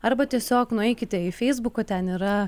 arba tiesiog nueikite į feisbuką ten yra